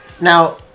now